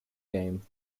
game